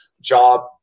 job